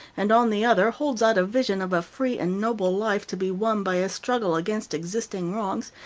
and, on the other, holds out a vision of a free and noble life to be won by a struggle against existing wrongs,